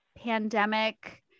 pandemic